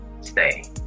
stay